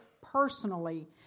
personally